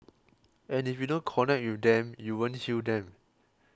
and if you don't connect with them you won't heal them